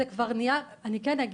זה כבר נהיה --- נעמה,